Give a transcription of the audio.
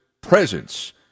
presence